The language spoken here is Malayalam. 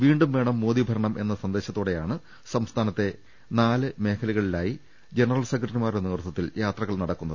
വീണ്ടും വേണം മോദി ഭരണം എന്ന സന്ദേശത്തോടെയാണ് സംസ്ഥാനത്തെ നാല് മേഖലകളി ലായി ജനറൽ സെക്രട്ടറിമാരുടെ നേതൃത്വത്തിൽ യാത്രകൾ നട ക്കുന്നത്